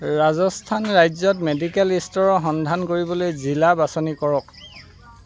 ৰাজস্থান ৰাজ্যত মেডিকেল ষ্ট'ৰৰ সন্ধান কৰিবলৈ জিলা বাছনি কৰক